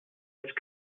its